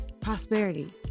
prosperity